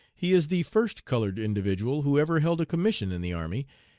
he is the first colored individual who ever held a commission in the army,